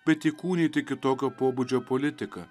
bet įkūnyti kitokio pobūdžio politiką